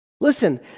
listen